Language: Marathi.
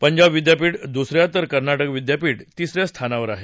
पंजाब विद्यापीठ द्स या तर कर्नाटक विद्यापीठ तिस या स्थानावर आहे